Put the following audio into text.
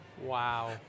Wow